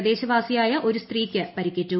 പ്രദേശവാസിയായ ഒരു സ്ത്രീക്ക് പരിക്കേറ്റു